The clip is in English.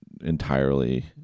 entirely